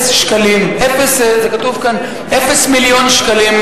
65 בעד, 26 נגד, אין